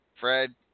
Fred